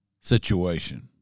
situation